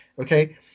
Okay